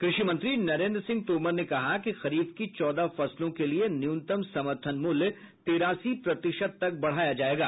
कृषि मंत्री नरेन्द्र सिंह तोमर ने कहा कि खरीफ की चौदह फसलों के लिए न्यूनतम समर्थन मूल्य तिरासी प्रतिशत तक बढ़ाया जायेगा